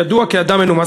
ידוע כאדם מנומס,